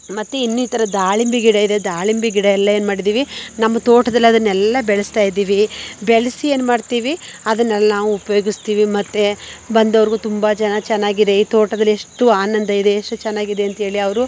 ಮತ್ತೆ ಇನ್ನಿತರ ದಾಳಿಂಬೆ ಗಿಡ ಇದೆ ದಾಳಿಂಬೆ ಗಿಡ ಎಲ್ಲ ಏನು ಮಾಡಿದ್ದೀವಿ ನಮ್ಮ ತೋಟದಲ್ಲಿ ಅದನ್ನೆಲ್ಲ ಬೆಳೆಸ್ತಾಯಿದ್ದೀವಿ ಬೆಳೆಸಿ ಏನು ಮಾಡ್ತೀವಿ ಅದನ್ನು ನಾವು ಉಪಯೋಗಿಸ್ತೀವಿ ಮತ್ತೆ ಬಂದವ್ರಿಗೂ ತುಂಬ ಜನ ಚೆನ್ನಾಗಿದೆ ಈ ತೋಟದಲ್ಲಿ ಎಷ್ಟು ಆನಂದ ಇದೆ ಎಷ್ಟು ಚೆನ್ನಾಗಿದೆ ಅಂಥೇಳಿ ಅವರು